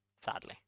Sadly